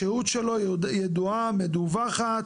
השהות שלו ידועה, מדווחת,